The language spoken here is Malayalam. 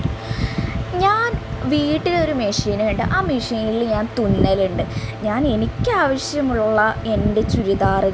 ഞാൻ വീട്ടിലൊര് മെഷിനുണ്ട് ആ മെഷീനിൽ ഞാൻ തുന്നലുണ്ട് ഞാൻ എനിയ്ക്കാവശ്യമുള്ള എൻ്റെ ചുരിദാറ്